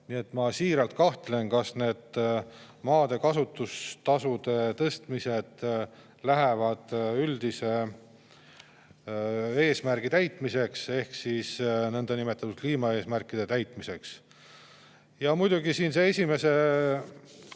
vaja. Ma siiralt kahtlen, kas need maade kasutustasude tõstmised lähevad üldise eesmärgi täitmiseks ehk niinimetatud kliimaeesmärkide täitmiseks. Ja muidugi see, et 1.